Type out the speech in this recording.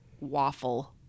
waffle